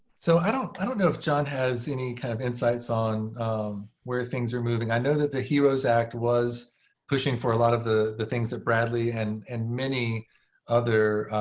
so i don't i don't know if john has any kind of insights on where things are moving. i know that the heroes act was pushing for a lot of the the things that bradley and and many other